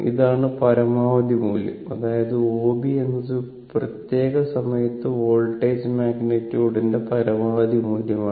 ഇതാണ് പരമാവധി മൂല്യം അതായത് OB എന്നത് ഒരു പ്രത്യേക സമയത്ത് വോൾട്ടേജ് മാഗ്നിറ്റ്യൂഡിന്റെ പരമാവധി മൂല്യമാണ്